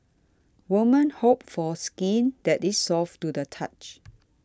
women hope for skin that is soft to the touch